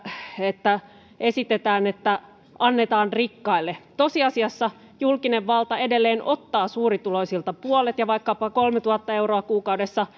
että esitetään että annetaan rikkaille tosiasiassa julkinen valta edelleen ottaa suurituloisilta puolet ja vaikkapa kolmetuhatta euroa kuukaudessa